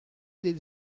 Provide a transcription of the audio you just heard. des